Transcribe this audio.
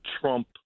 trump